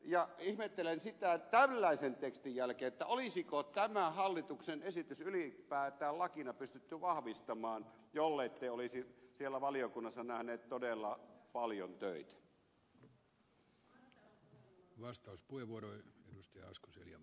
ja ihmettelen sitä tällaisen tekstin jälkeen olisiko tämä hallituksen esitys ylipäätään lakina pystytty vahvistamaan jollette olisi siellä valiokunnassa tehneet todella paljon töitä